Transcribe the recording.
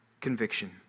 conviction